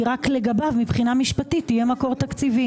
כי רק לגביו מבחינה משפטית יהיה מקור תקציבי.